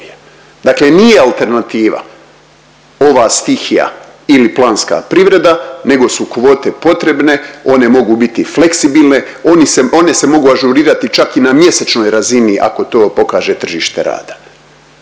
Dakle, nije alternativa ova stihija ili planska privreda nego su kvote potrebne, one mogu biti fleksibilne, one se mogu ažurirati čak i na mjesečnoj razini ako to pokaže tržište rada,